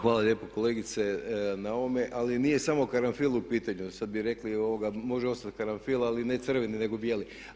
Hvala lijepo kolegice na ovome ali nije samo karanfil u pitanju, sad bi rekli, može ostati karanfil ali ne crveni nego bijeli.